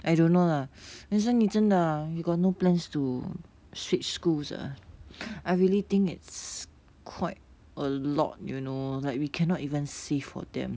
I don't know lah eh so 你真的 you got no plans to switch schools ah I really think it's quite a lot you know like we cannot even see for them